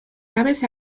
naves